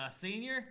Senior